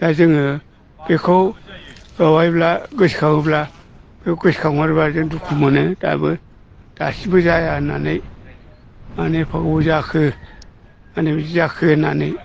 दा जोङो बेखौ बावहायब्लाबा गोसोखाङोब्ला बेखौ गोसोखांहरब्ला जों दुखु मोनो दाबो दासिमबो जाया होननानै मानो एफा गोबाव जाखो मानो बिदि जाखो होननानै